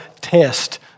test